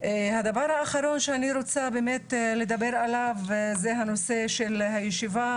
הדבר האחרון שאני רוצה לדבר עליו זה נושא הישיבה,